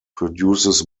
produces